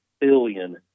billion